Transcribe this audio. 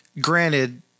granted